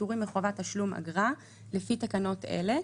פטורים מחובת תשלום אגרה לפי תקנות אלה.